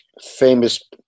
famous